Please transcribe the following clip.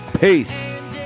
peace